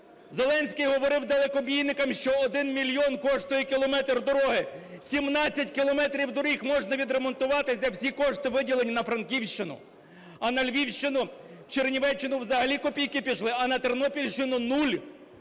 Зеленський говорив далекобійникам, що 1 мільйон коштує кілометр дороги. 17 кілометрів доріг можна відремонтувати за всі кошти, виділені на Франківщину. А на Львівщину, Чернівеччину взагалі копійки пішли, а Тернопільщину – нуль.